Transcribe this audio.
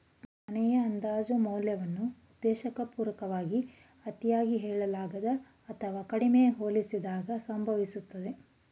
ಮನೆಯ ಅಂದಾಜು ಮೌಲ್ಯವನ್ನ ಉದ್ದೇಶಪೂರ್ವಕವಾಗಿ ಅತಿಯಾಗಿ ಹೇಳಿದಾಗ ಅಥವಾ ಕಡಿಮೆ ಹೋಲಿಸಿದಾಗ ಸಂಭವಿಸುತ್ತದೆ